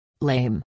Lame